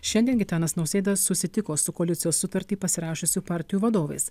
šiandien gitanas nausėda susitiko su koalicijos sutartį pasirašiusių partijų vadovais